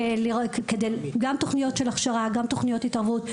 גם תוכניות הכשרה וגם תוכניות התערבות,